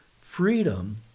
Freedom